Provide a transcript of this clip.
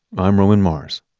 i'm roman mars